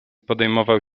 podejmował